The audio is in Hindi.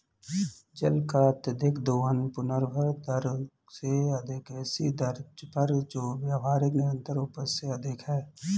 जल का अत्यधिक दोहन पुनर्भरण दर से अधिक ऐसी दर पर जो व्यावहारिक निरंतर उपज से अधिक है